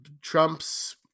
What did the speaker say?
Trump's